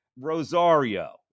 Rosario